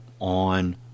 on